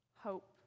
hope